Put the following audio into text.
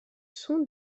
sont